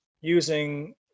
using